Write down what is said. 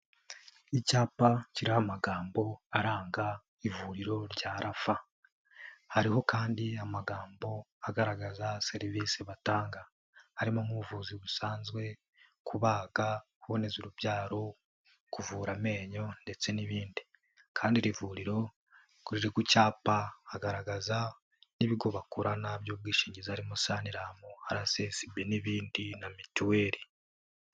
Icyapa kiriho amagambo aranga ivuriro rya RAPHA hariho kandi amagambo agaragaza serivisi batanga harimo nk'ubuvuzi busanzwe, kubaga, kuboneza urubyaro, kuvura amenyo ndetse n'ibindi kandi iri vuriro ko riri ku cyapa hagaragara n'ibigo bakorana by'ubwishingizi harimo: SANRAM, RSSB n'ibindi na Mituweli.